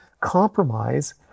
compromise